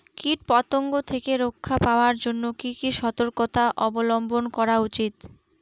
কীটপতঙ্গ থেকে রক্ষা পাওয়ার জন্য কি কি সর্তকতা অবলম্বন করা উচিৎ?